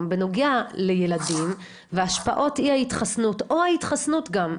בנוגע לילדים והשפעות אי ההתחסנות או ההתחסנות גם,